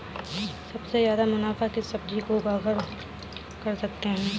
सबसे ज्यादा मुनाफा किस सब्जी को उगाकर कर सकते हैं?